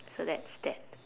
so that's that